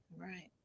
Right